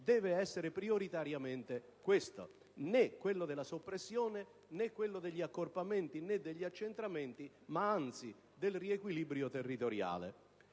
deve essere prioritariamente uno: né quello della soppressione, né quello degli accorpamenti, né quello degli accentramenti, bensì quello del riequilibrio territoriale.